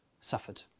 suffered